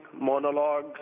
monologue